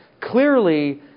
Clearly